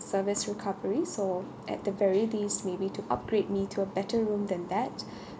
service recovery so at the very least maybe to upgrade me to a better room than that